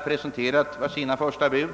presenterat sina första bud.